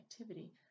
activity